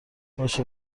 باشه